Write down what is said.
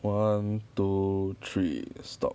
one two three stop